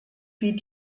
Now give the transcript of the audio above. wie